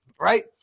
right